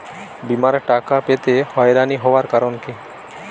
বিমার টাকা পেতে হয়রানি হওয়ার কারণ কি?